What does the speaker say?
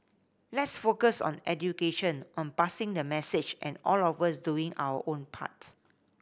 let's focus on education on passing the message and all of us doing our own part